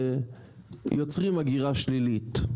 ויוצרים הגירה שלילית.